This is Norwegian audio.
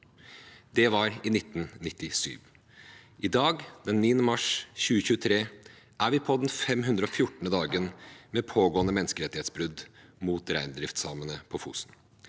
Det var altså i 1997. I dag, den 9.mars 2023, er vi på den 514. dagen med pågående menneskerettighetsbrudd mot reindriftssamene på Fosen.